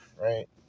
right